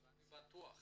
אני בטוח